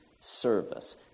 service